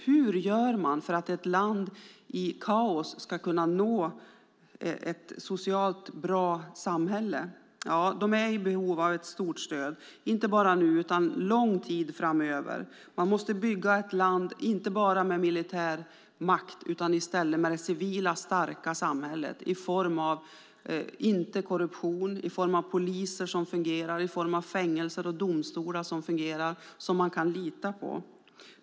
Hur gör man för att ett land i kaos ska kunna nå ett socialt bra samhälle? Ja, de är i behov av ett stort stöd, inte bara nu utan lång tid framöver. Man måste bygga ett land inte bara med militär makt utan i stället med det civila starka samhället utan korruption, i form av poliser som fungerar, i form av fängelser och domstolar som fungerar och som man kan lita på.